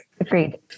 Agreed